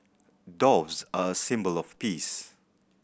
doves are a symbol of peace